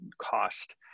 cost